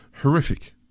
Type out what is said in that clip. Horrific